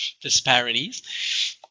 disparities